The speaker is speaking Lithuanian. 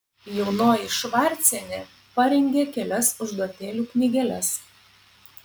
jaunoji švarcienė parengė kelias užduotėlių knygeles